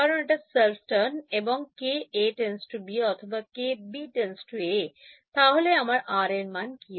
কারণ এটা self turn এবং KA→B অথবা KB→Aতাহলে আমার R এর মানে কি